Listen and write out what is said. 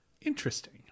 interesting